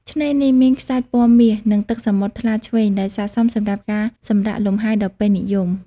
ឆ្នេរនេះមានខ្សាច់ពណ៌មាស និងទឹកសមុទ្រថ្លាឆ្វេង ដែលស័ក្តិសមសម្រាប់ការសម្រាកលំហែដ៏ពេញនិយម។